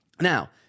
Now